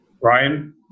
Ryan